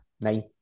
nine